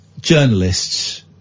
journalists